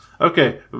okay